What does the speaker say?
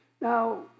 Now